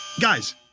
Guys